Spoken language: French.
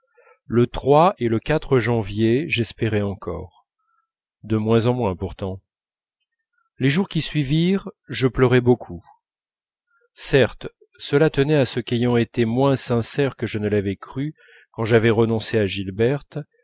le et le janvier j'espérais encore de moins en moins pourtant les jours qui suivirent je pleurai beaucoup certes cela tenait à ce qu'ayant été moins sincère que je ne l'avais cru quand j'avais renoncé à gilberte